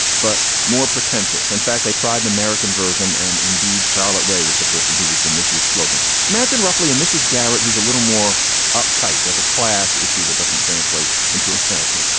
but more pretentious. in fact, they tried an american version. and indeed, charlotte rae was the person who was the mrs. slocombe magin, roughly a mrs. garrett, who's a little more uptight there's a class issue that doesn't translate into american,